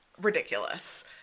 ridiculous